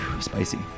Spicy